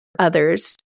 others